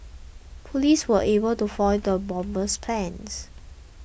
police were able to foil the bomber's plans